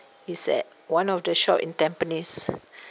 it's at one of the shop in tampines